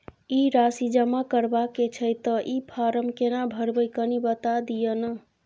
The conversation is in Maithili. ई राशि जमा करबा के छै त ई फारम केना भरबै, कनी बता दिय न?